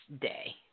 day